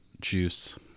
juice